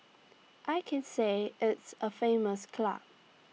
I can say it's A famous club